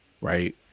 right